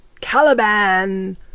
Caliban